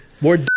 More